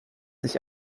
sich